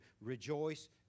rejoice